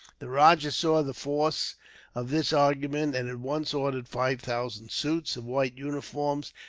the rajah saw the force of this argument, and at once ordered five thousand suits of white uniforms,